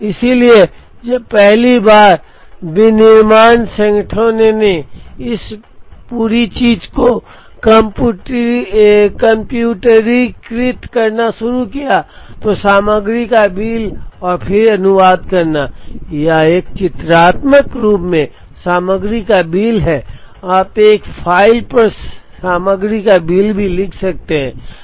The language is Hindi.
इसलिए जब पहली बार विनिर्माण संगठनों ने इस पूरी चीज़ को कम्प्यूटरीकृत करना शुरू किया तो सामग्री का बिल और फिर अनुवाद करना यह एक चित्रात्मक रूप में सामग्री का बिल है आप एक फ़ाइल पर सामग्री का बिल भी लिख सकते हैं